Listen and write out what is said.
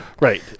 right